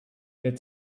that